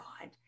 God